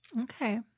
Okay